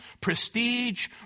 prestige